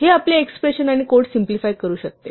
हे आपले एक्सप्रेशन आणि कोड सिम्प्लिफाय करू शकते